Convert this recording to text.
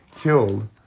killed